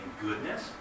goodness